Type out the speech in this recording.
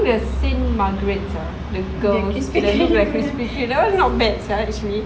the saint margaret ah the girls that [one] not bad sia actually